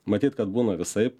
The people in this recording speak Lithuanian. matyt kad būna visaip